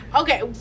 Okay